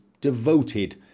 devoted